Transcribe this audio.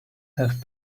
have